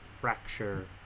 fracture